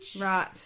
Right